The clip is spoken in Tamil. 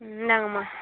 இந்தாங்கம்மா